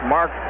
Mark